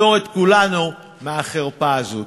ותפטור את כולנו מהחרפה הזאת.